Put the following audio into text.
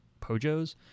pojos